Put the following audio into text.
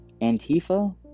Antifa